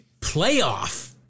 playoff